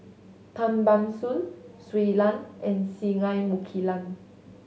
Tan Ban Soon Shui Lan and Singai Mukilan